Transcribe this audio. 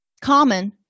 common